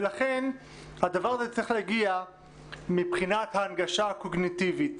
ולכן הדבר הזה צריך להגיע מבחינת ההנגשה הקוגניטיבית.